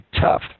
tough